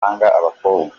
abakobwa